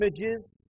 images